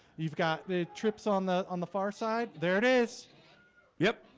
you've got the trips on the on the far side. there it is yep,